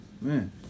Man